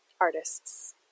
artists